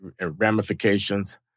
ramifications